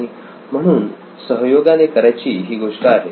म्हणून सहयोगाने करायची ही गोष्ट आहे